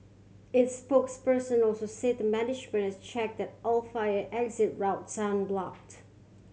its spokesperson also said the management had checked that all fire exit routes are unblocked